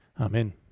Amen